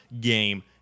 game